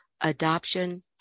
adoption